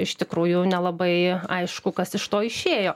iš tikrųjų nelabai aišku kas iš to išėjo